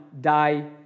die